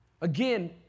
again